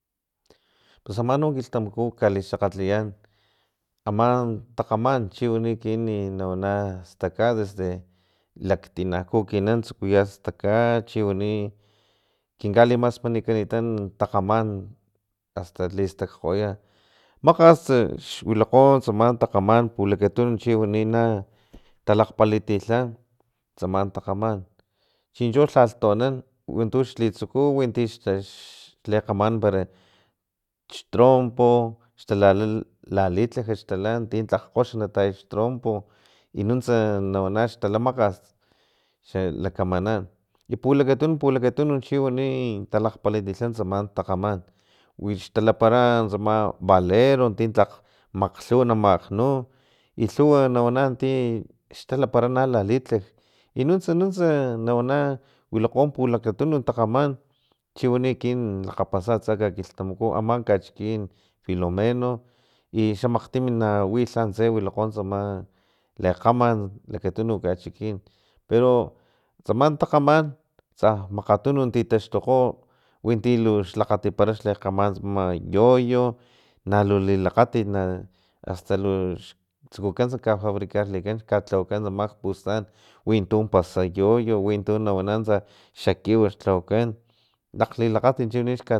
Pus ama no kiltamaku kalixakgatliyan ama takgaman chiwani ekinan nawana asta desde laktinaku ekinan tsukuya staka chiwani kin kalimasmanikanitan takgaman asta listakgoya makgats xwilakgo tsama takgaman pulakatun chi chiwana na talakgpalitilha tsama takgaman chincho lhalh toanan wintu xlitsuku winti xlikgamanan xtrompo xtalila lalitlaj unti tlakg kgoxa na taya xtrompo y nuntsa nawana xla makgas xa lakamanan i pulakatun pulakatunu chiwani talakgpalitalha tsama talgaman wix talapara tsama balero ti tlakg makglhuwa na tamaknu i lhuwa na wana ti xtalapara no lalitlaj i nunts nuntsa nawana wilakgo pulakatunu takgaman chi wani ekinan lakgapasa atsa kakilhtamaku u ama kachikin filomeno i xa makgtim nawi lhantse wilakgo tsama legkaman lakatunu kachikin pero tsama takgaman tsa makgatunu titaxtukgo witi lu xlakgatipara likgamanan yoyo nalu lilakgatit asta lux tsukukants cafabricarlikan kalhawakan tsama kpustan wintu pasats yoyo wintu na wana xakiw tlawakan lakglilakgatit xkalhawakan